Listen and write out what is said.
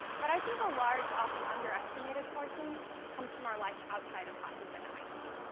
but i think a large, often underestimated portion comes from our life outside of classes at mit.